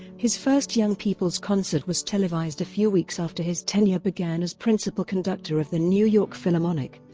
his first young people's concert was televised a few weeks after his tenure began as principal conductor of the new york philharmonic.